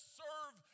serve